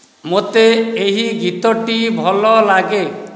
ମୋତେ ଏହି ଗୀତଟି ଭଲ ଲାଗେ